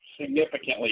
significantly